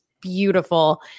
beautiful